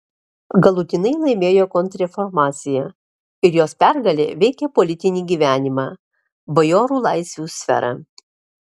galutinai laimėjo kontrreformacija ir jos pergalė veikė politinį gyvenimą bajorų laisvių sferą